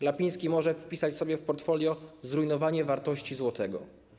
Glapiński może wpisać sobie w portfolio zrujnowanie wartości złotego.